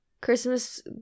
Christmas